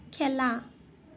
খেলা